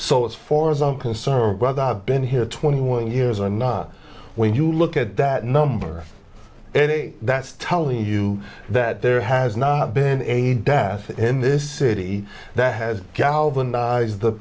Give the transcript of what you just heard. so as far as i'm concerned been here twenty one years or not when you look at that number and that's telling you that there has not been a death in this city that has galvanized the